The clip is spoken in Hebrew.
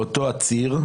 לאותו עציר,